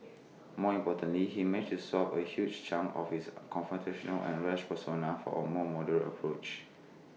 more importantly he managed to swap A huge chunk of his confrontational and rash persona for A more moderate approach